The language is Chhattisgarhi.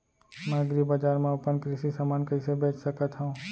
मैं एग्रीबजार मा अपन कृषि समान कइसे बेच सकत हव?